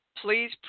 please